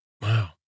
Wow